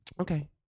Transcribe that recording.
okay